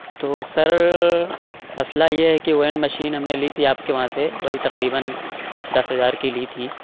تو سر مسئلہ یہ ہے کہ اوون مشین ہم نے لی تھی آپ کے وہاں سے وہی تقریباً دس ہزار کی لی تھی